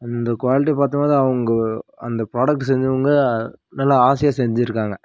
இந்த குவாலிட்டி பார்த்தோன்னா அவங்க அந்த ப்ராடக்ட் செஞ்சவங்க நல்லா ஆசையாக செஞ்சுருக்காங்க